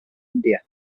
india